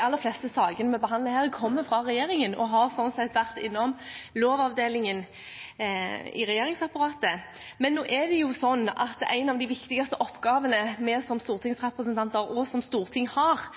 aller fleste saker vi behandler her, kommer fra regjeringen og har sånn sett vært innom Lovavdelingen i regjeringsapparatet, men det er jo slik at en av de viktigste oppgavene vi som stortingsrepresentanter og som et storting har,